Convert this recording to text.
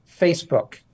Facebook